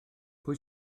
pwy